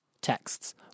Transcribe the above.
texts